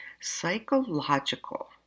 psychological